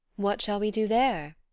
what shall we do there?